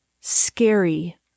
scary